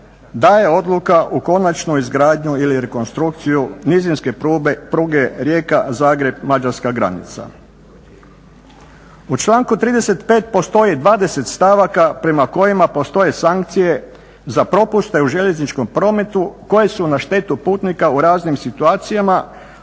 daje odluka u konačnu izgradnju ili rekonstrukciju nizinske pruge Rijeka-Zagreb-mađarska granica. U članku 35. postoji dvadeset stavaka prema kojima postoje sankcije za propuste u željezničkom prometu koje su na štetu putnika u raznim situacijama